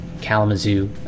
Kalamazoo